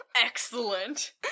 Excellent